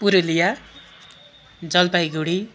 Purulia Jalpaiguri